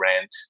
rent